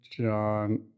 John